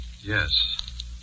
Yes